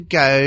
go